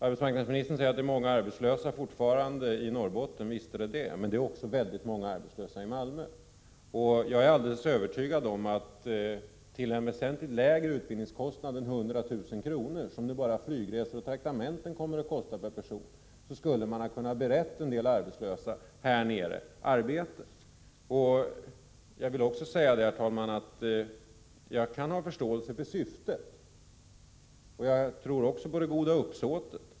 Arbetsmarknadsministern säger att det fortfarande finns många arbetslösa i Norrbotten. Visst är det så, men det finns också väldigt många arbetslösa i Malmö, och jag är alldeles övertygad om att man till en väsentligt lägre utbildningskostnad än 100 000 kr., som bara flygresor och traktamenten nu kommer att kosta per person, skulle ha kunnat bereda arbete åt en del arbetslösa där nere. Jag vill också säga, herr talman, att jag kan ha förståelse för syftet i detta avseende. Vidare tror jag på det goda uppsåtet.